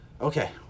okay